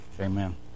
Amen